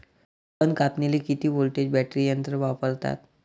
तन कापनीले किती व्होल्टचं बॅटरी यंत्र वापरतात?